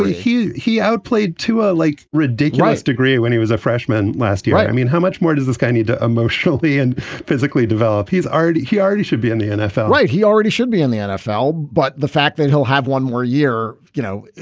ah he he outplayed to ah like ridiculous degree when he was a freshman last year. i mean, how much more does this guy need to emotionally and physically develop his art? he already should be in the nfl, right? he already should be in the nfl. but the fact that he'll have one more year. you know,